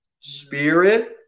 spirit